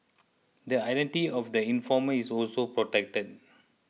the identity of the informer is also protected